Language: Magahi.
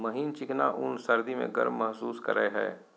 महीन चिकना ऊन सर्दी में गर्म महसूस करेय हइ